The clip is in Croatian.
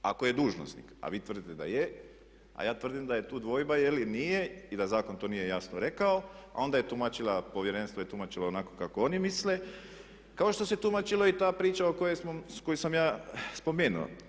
Ako je dužnosnik, a vi tvrdite da je, a ja tvrdim da je tu dvojba ili nije i da zakon to nije jasno rekao, a onda je tumačila, Povjerenstvo je tumačilo onako kako oni misle kao što se tumačilo i ta priča o kojoj smo, koju sam ja spomenuo.